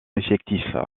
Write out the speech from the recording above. effectif